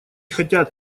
хотят